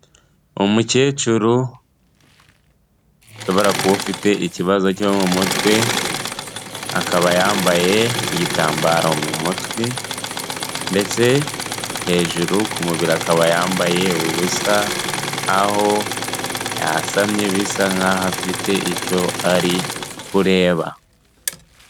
Umukecuru ushobora kuba ufite ikibazo cyo mu mutwe, akaba yambaye igitambaro mu mutwi ndetse hejuru ku mubiri akaba yambaye ubusa, aho yasamye bisa nkaho afite icyo ari kureba.